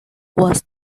was